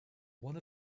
one